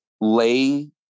lay